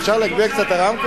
אי-אפשר לכפות עליהם,